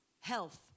Health